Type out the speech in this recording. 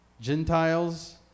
Gentiles